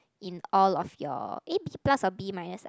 in all of your eh B plus or B minus ah